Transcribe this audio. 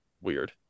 weird